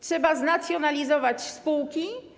Trzeba znacjonalizować spółki.